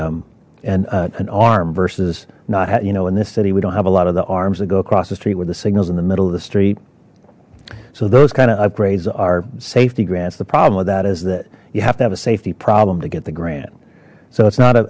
a and an arm versus not at you know in this city we don't have a lot of the arms that go across the street where the signals in the middle of the street so those kind of upgrades are safety grants the problem with that is that you have to have a safety problem to get the grant so it's not